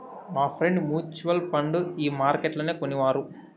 మాఫ్రెండ్ mutual fund ఈ మార్కెట్లనే కొనినారు